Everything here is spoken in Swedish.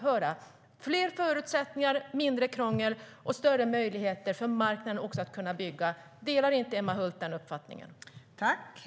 Det måste bli fler förutsättningar, mindre krångel och större möjligheter för marknaden att bygga. Delar inte Emma Hult den uppfattningen?